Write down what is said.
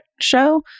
show